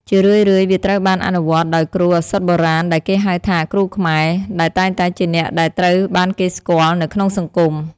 ជារឿយៗ វាត្រូវបានអនុវត្តដោយគ្រូឱសថបុរាណដែលគេហៅថា “គ្រូខ្មែរ” ដែលតែងតែជាអ្នកដែលត្រូវបានគេស្គាល់នៅក្នុងសង្គម។